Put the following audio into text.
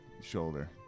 shoulder